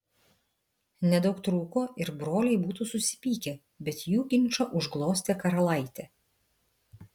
nedaug trūko ir broliai būtų susipykę bet jų ginčą užglostė karalaitė